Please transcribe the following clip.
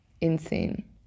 Insane